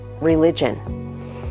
religion